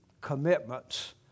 commitments